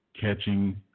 Catching